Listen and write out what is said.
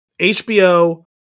HBO